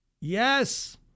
yes